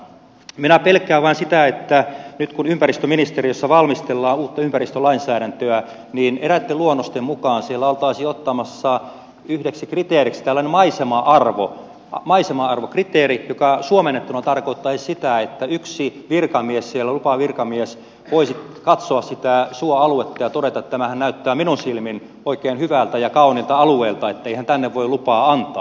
minä pelkään vain sitä että nyt kun ympäristöministeriössä valmistellaan uutta ympäristölainsäädäntöä eräitten luonnosten mukaan siellä oltaisiin ottamassa yhdeksi kriteeriksi tällainen maisema arvokriteeri joka suomennettuna tarkoittaisi sitä että yksi virkamies lupavirkamies voisi katsoa sitä suoaluetta ja todeta että tämähän näyttää minun silmin oikein hyvältä ja kauniilta alueelta eihän tänne voi lupaa antaa